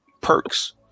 perks